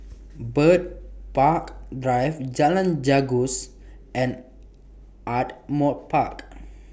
Bird Park Drive Jalan Janggus and Ardmore Park